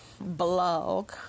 blog